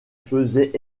faisait